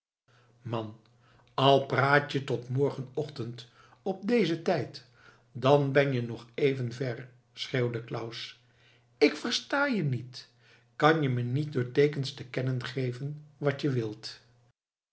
man al praat je tot morgen ochtend op dezen tijd dan ben je nog even ver schreeuwde claus ik versta je niet kan je me niet door teekens te kennen geven wat je wilt